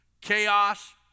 chaos